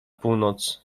północ